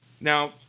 Now